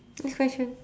next question